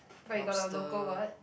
lobster